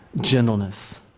gentleness